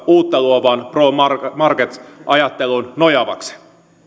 uutta luovaan pro market ajatteluun nojaavaksi